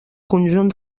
conjunt